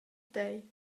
tei